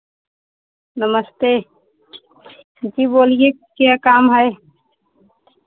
नमस्ते जी बोलिए क्या काम है